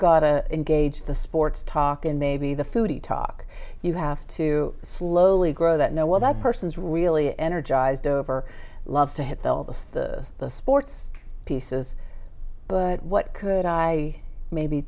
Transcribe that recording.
got a engaged the sports talk and maybe the foodie talk you have to slowly grow that know what that person's really energized over loves to hit the abyss the sports pieces but what could i maybe